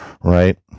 right